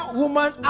woman